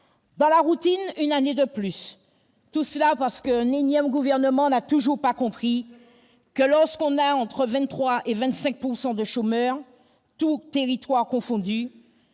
La routine, une année de plus : tout cela parce qu'un énième gouvernement n'a toujours pas compris que, lorsqu'on a entre 23 % et 25 % de chômeurs, tous territoires confondus,